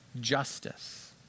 justice